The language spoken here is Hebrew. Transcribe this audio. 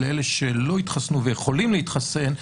את אלה שלא התחסנו ויכולים להתחסן,